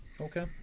Okay